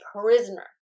prisoner